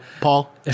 Paul